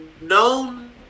known